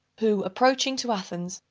who, approaching to athens,